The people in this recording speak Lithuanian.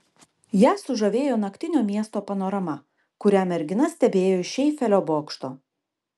ją sužavėjo naktinio miesto panorama kurią mergina stebėjo iš eifelio bokšto